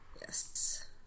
Yes